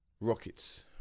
Rockets